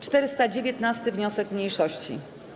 419. wniosek mniejszości.